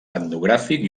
etnogràfic